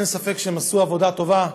אין ספק שהם עשו עבודה טובה,